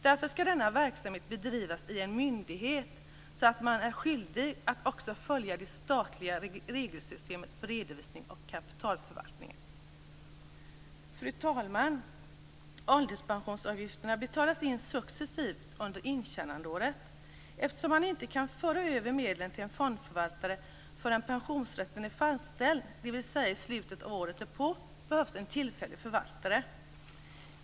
Därför skall denna verksamhet bedrivas i en myndighet så att man är skyldig att också följa det statliga regelsystemet för redovisning och kapitalförvaltning. Fru talman! Ålderspensionsavgifterna betalas in successivt under intjänandeåret. Eftersom man inte kan föra över medlen till en fondförvaltare förrän pensionsrätten är fastställd, dvs. i slutet av året därpå, behövs det en tillfällig förvaltare.